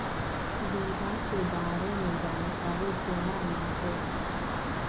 बीमा के बारे में जानकारी केना मिलते?